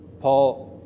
Paul